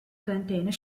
container